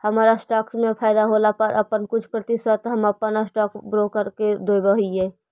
हमर स्टॉक्स में फयदा होला पर अपन कुछ प्रतिशत हम अपन स्टॉक ब्रोकर को देब हीअई